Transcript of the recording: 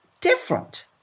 different